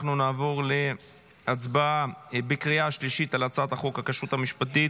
נעבור להצבעה בקריאה שנייה על הצעת חוק הכשרות המשפטית